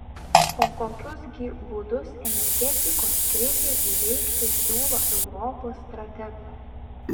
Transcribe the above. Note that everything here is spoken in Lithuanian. o kokius gi būdus energetikos krizei įveikti siūlo europos strategai